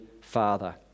Father